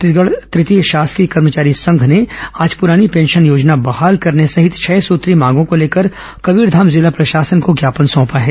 छत्तीसगढ़ तृतीय शासकीय कर्मचारी संघ ने आज पुरानी पेंशन योजना बहाल करने सहित छह सूत्रीय मांगों को लेकर कबीरधाम जिला प्रशासन को ज्ञापन सौंपा है